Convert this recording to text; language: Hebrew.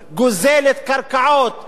גוזלת קרקעות,